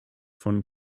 von